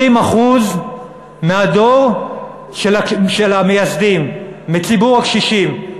20% מהדור של המייסדים, מציבור הקשישים.